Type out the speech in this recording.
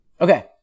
Okay